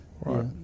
Right